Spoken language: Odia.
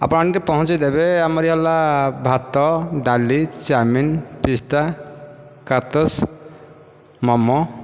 ଆପଣ ଆଣି ଟିକେ ପହଞ୍ଚେଇଦେବେ ଆମରି ହେଲା ଭାତ ଡାଲି ଚାଓମିନ୍ ପିସ୍ତା କାତସ ମୋମୋ